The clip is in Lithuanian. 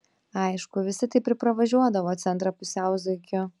aišku visi taip ir pravažiuodavo centrą pusiau zuikiu